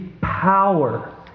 power